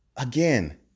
Again